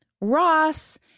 Ross